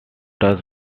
does